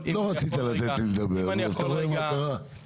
לא רצית לתת לי לדבר, אז אתה רואה מה קרה?